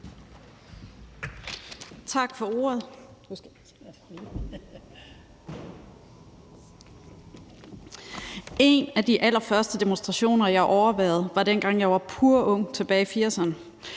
Tak for ordet. En af de allerførste demonstrationer, jeg overværede, var dengang, jeg var purung tilbage i 1980'erne.